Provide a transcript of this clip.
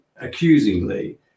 accusingly